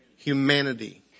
Humanity